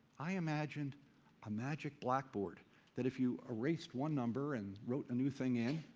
i imagined a magic blackboard that if you erased one number and wrote a new thing in,